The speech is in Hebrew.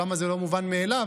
למה זה לא מובן מאליו,